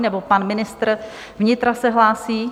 Nebo pan ministr vnitra se hlásí?